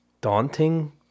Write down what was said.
daunting